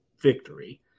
victory